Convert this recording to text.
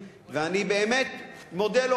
אני רואה, אתם בטח תיאמתם את זה קודם,